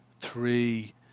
three